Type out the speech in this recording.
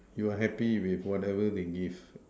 you are happy with whatever we give